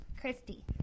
christy